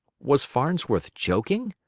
was farnsworth joking?